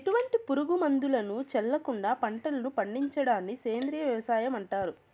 ఎటువంటి పురుగు మందులను చల్లకుండ పంటలను పండించడాన్ని సేంద్రీయ వ్యవసాయం అంటారు